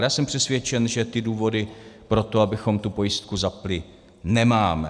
Já jsem přesvědčený, že ty důvody pro to, abychom tu pojistku zapnuli, nemáme.